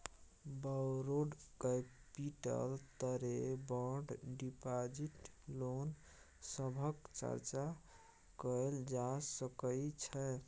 borrowed capital तरे bond deposit loan सभक चर्चा कएल जा सकइ छै